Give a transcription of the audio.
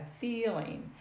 feeling